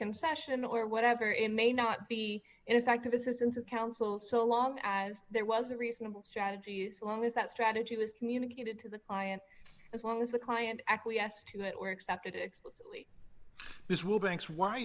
concession or whatever it may not be ineffective assistance of counsel so long as there was a reasonable strategy use long as that strategy was communicated to the client as long as the client acquiesced to it or accepted explicitly this w